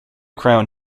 crown